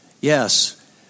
Yes